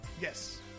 Yes